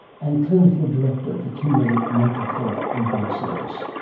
and clinical director of the kimberley mental health and drug service.